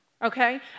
Okay